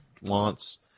wants